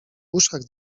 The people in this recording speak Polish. uszach